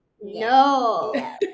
no